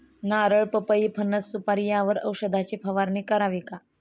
नारळ, पपई, फणस, सुपारी यावर औषधाची फवारणी करावी का?